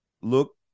look